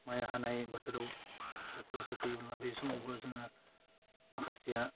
माइ हानाय बोथोराव बोथोर सफैयोब्ला बे समावबो जोङो माखासेया